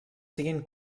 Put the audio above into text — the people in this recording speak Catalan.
siguin